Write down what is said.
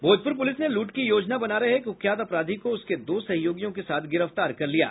Bhojpur police ने लूट की योजना बना रहे एक कुख्यात अपराधी को उसके दो सहयोगियों के साथ गिरफ्तार कर लिया है